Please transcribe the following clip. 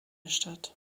statt